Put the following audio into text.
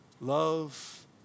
love